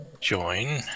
Join